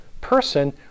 person